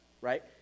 right